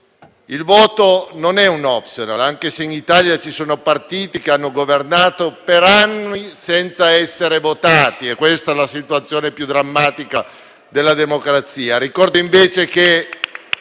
Il voto non è un *optional,* anche se in Italia ci sono partiti che hanno governato per anni senza essere votati. E questa è la situazione più drammatica della democrazia. Ricordo invece che